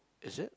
is it